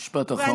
משפט אחרון.